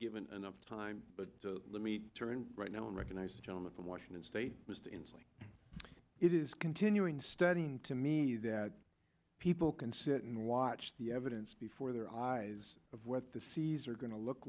given enough time but let me turn right now and recognize the gentleman from washington state was tinsley it is continuing studying to me that people can sit and watch the evidence before their eyes of what the seas are going to look